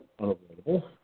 unavoidable